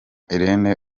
irene